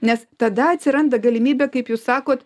nes tada atsiranda galimybė kaip jūs sakot